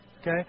Okay